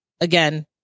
again